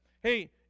hey